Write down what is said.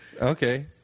okay